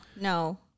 No